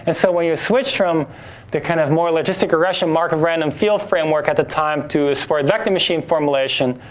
and so, while you switch from the kind of more logistic regression markov random field framework at the time to a support vector machine formulation,